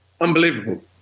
unbelievable